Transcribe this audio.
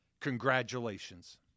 congratulations